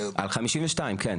על סעיף 52, כן.